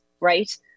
Right